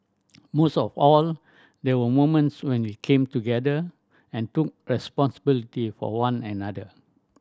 most of all there were moments when we came together and took responsibility for one another